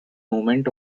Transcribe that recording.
movement